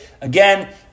again